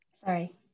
Sorry